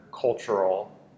cultural